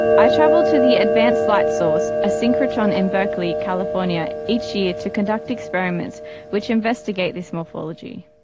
i travelled to the advanced light source, a synchrotron in berkeley, california, each year to conduct experiments which investigate this morphology.